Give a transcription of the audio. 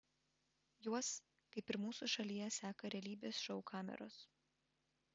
juos kaip ir mūsų šalyje seka realybės šou kameros